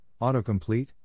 autocomplete